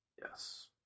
Yes